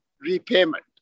repayment